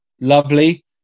lovely